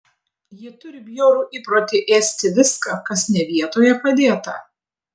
ji turi bjaurų įprotį ėsti viską kas ne vietoje padėta